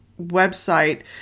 website